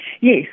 Yes